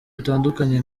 bitandukanye